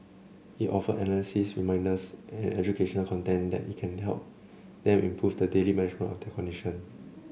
it offers analyses reminders and educational content that can help them improve the daily management of their condition